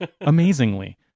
amazingly